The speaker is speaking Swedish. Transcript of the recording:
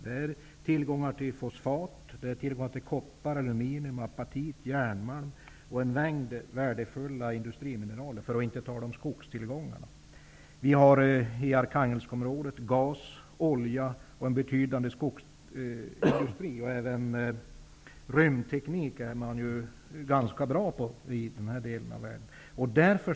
Det finns tillgångar på fosfat, koppar, aluminium, apatit, järnmalm och en mängd värdefulla industrimineraler, för att inte tala om skogstillgångarna. I Arkhangelskområdet finns gas, olja och en betydande skogsindustri. Man är dessutom i den här delen av världen ganska bra på rymdteknik.